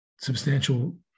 substantial